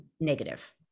negative